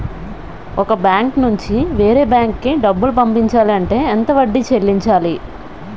ఒక బ్యాంక్ నుంచి వేరే బ్యాంక్ కి డబ్బులు పంపించాలి అంటే ఎంత వడ్డీ చెల్లించాలి?